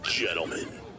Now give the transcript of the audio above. Gentlemen